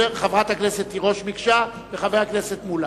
חברת הכנסת תירוש ביקשה, וחבר הכנסת מולה.